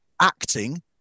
acting